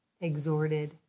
exhorted